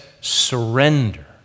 surrender